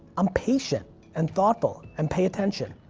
i'm patient and thoughtful and pay attention.